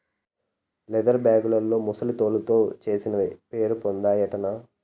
leather బేగుల్లో ముసలి తోలుతో చేసినవే పేరుపొందాయటన్నా